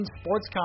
sports